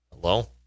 Hello